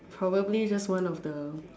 probably just one of the